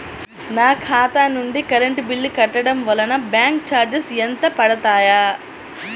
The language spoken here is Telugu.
నా ఖాతా నుండి కరెంట్ బిల్ కట్టడం వలన బ్యాంకు చార్జెస్ ఎంత పడతాయా?